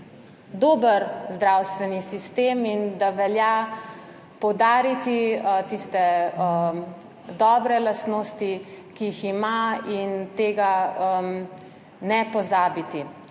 dober zdravstveni sistem in da velja poudariti tiste dobre lastnosti, ki jih ima, in tega ne pozabiti.